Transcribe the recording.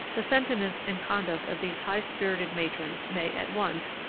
the sentiments and conduct of these high-spirited matrons may, at once,